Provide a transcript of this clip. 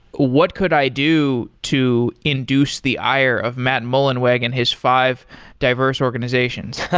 what could i do to induce the ire of matt mullenweg and his five diverse organizations?